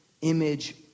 image